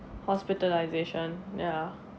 hospitalisation ya